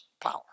power